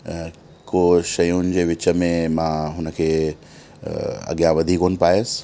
अ को शयुनि जे विच में मां हुनखे अॻियां वधी कोन्ह पियुसि